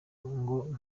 ngo